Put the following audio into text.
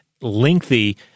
lengthy